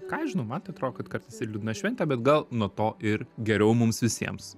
ką aš žinau man tai atrodo kad kartais ir liūdna šventė bet gal nuo to ir geriau mums visiems